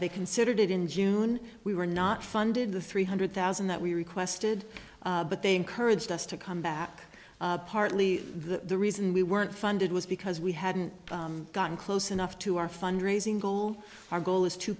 they considered it in june we were not funded the three hundred thousand that we requested but they encouraged us to come back partly the reason we weren't funded was because we hadn't gotten close enough to our fundraising goal our goal is t